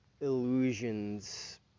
illusions